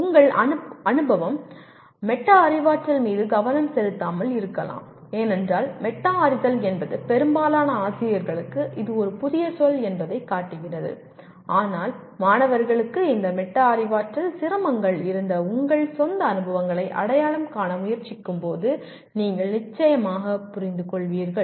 உங்கள் அனுபவம் மெட்டா அறிவாற்றல் மீது கவனம் செலுத்தாமல் இருக்கலாம் ஏனென்றால் மெட்டா அறிதல் என்பது பெரும்பாலான ஆசிரியர்களுக்கு இது ஒரு புதிய சொல் என்பதைக் காட்டுகிறது ஆனால் மாணவர்களுக்கு இந்த மெட்டா அறிவாற்றல் சிரமங்கள் இருந்த உங்கள் சொந்த அனுபவங்களை அடையாளம் காண முயற்சிக்கும்போது நீங்கள் நிச்சயமாக புரிந்துகொள்வீர்கள்